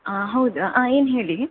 ಹೌದಾ ಏನು ಹೇಳಿ